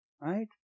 right